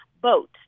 boat